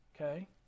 okay